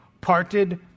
parted